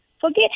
forget